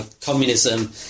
communism